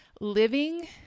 Living